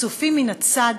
הצופים מן הצד,